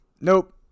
Nope